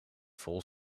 vol